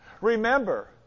remember